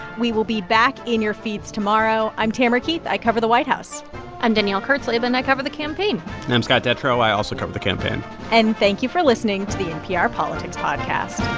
we will be back in your feeds tomorrow. i'm tamara keith. i cover the white house i'm danielle kurtzleben. i cover the campaign i'm scott detrow. i also cover the campaign and thank you for listening to the npr politics podcast